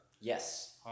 yes